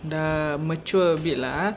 dah mature a bit lah ah